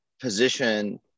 position